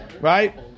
Right